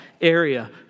area